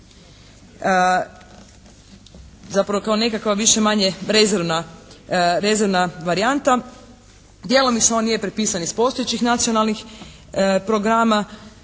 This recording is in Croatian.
Zapravo kao nekakva više-manje rezervna varijanta. Djelomično on nije prepisan iz postojećih nacionalnih programa.